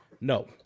No